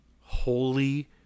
Holy